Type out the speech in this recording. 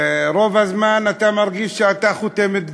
רוב הזמן אתה מרגיש שאתה חותמת גומי,